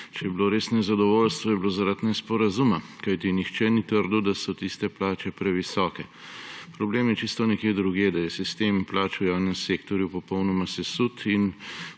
Če je bilo res nezadovoljstvo, je bilo zaradi nesporazuma, kajti nihče ni trdil, da so tiste plače previsoke. Problem je čisto nekje drugje, da je sistem plač v javnem sektorju popolnoma sesut.